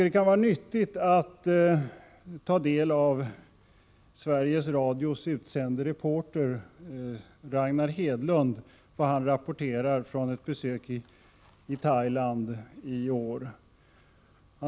Det kan vara nyttigt att ta del av vad Sveriges Radios utsände reporter, Ragnar Hedlund, rapporterar från ett besök i Thailand i år.